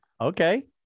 Okay